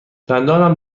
دندانم